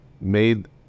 made